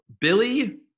Billy